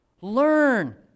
Learn